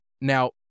Now